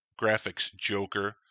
GraphicsJoker